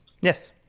Yes